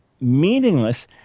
meaningless